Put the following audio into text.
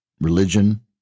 religion